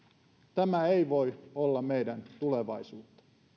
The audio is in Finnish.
tämä ei voi olla meidän tulevaisuutta